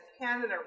Canada